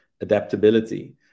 adaptability